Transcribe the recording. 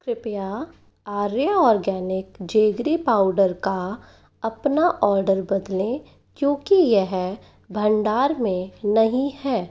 कृपया Arya organic jaggery powder का अपना ऑर्डर बदलें क्योंकि यह भंडार में नहीं है